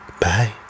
bye